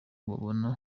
babona